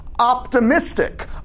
optimistic